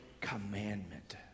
commandment